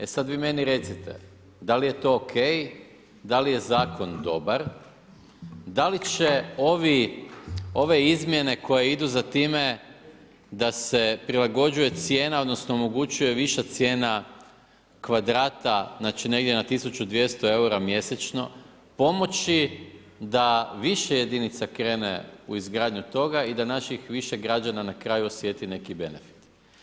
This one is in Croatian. E sada vi meni recite da li je to OK, da li je zakon dobar, da li će ove izmjene koje idu za time da se prilagođava cijena, odnosno omogućuje viša cijena kvadrata, znači negdje na 1200 eura mjesečno, pomoći da više jedinica krene u izgradnju toga i da naših više građana na kraju osjeti neki benefit.